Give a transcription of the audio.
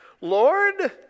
Lord